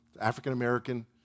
African-American